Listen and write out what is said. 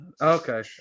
Okay